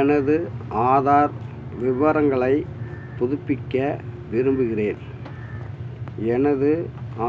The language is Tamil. எனது ஆதார் விவரங்களை புதுப்பிக்க விரும்புகிறேன் எனது